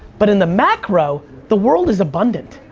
but in the macro, the world is abundant.